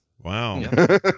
wow